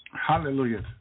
Hallelujah